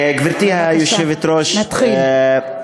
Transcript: בבקשה, נתחיל.